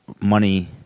money